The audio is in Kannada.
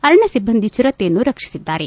ಅರಣ್ಣ ಸಿಬ್ಬಂದಿ ಚಿರತೆಯನ್ನು ರಕ್ಷಿಸಿದ್ದಾರೆ